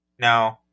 No